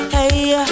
Hey